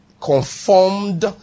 conformed